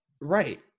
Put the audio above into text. Right